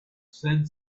said